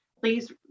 Please